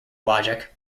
logic